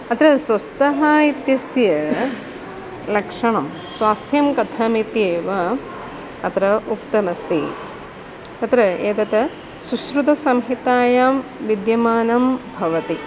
अत्र स्वस्थः इत्यस्य लक्षणं स्वास्थ्यं कथमित्येव अत्र उक्तमस्ति अत्र एकत् सुश्रुतसंहितायां विद्यमानं भवति